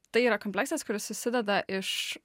tai yra kompleksas kuris susideda iš